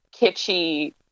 kitschy